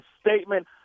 statement